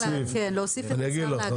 כן, להוסיף את השר להגנת הסביבה.